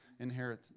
Inherit